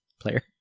player